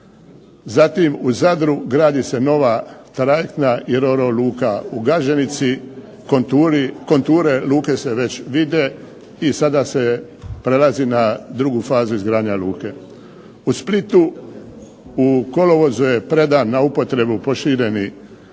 Zatim u Zadru gradi se nova trajektna i .../Govornik se ne razumije./... luka u Gaženici, konture luke se već vide i sada se prelazi na drugu fazu izgradnje luke. U Splitu u kolovozu je predan na upotrebu prošireni